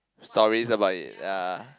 stories about it ya